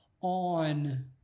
on